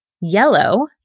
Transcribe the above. Yellow